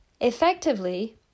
Effectively